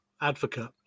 advocate